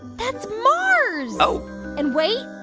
that's mars oh and wait,